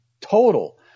total